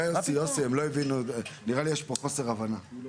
יוסי, הם לא הבינו, אני חושב שיש פה חוסר הבנה.